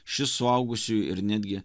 šis suaugusiųjų ir netgi